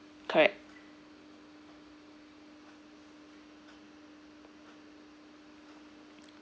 correct